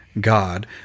God